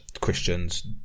christians